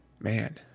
man